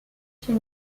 chez